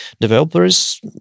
developers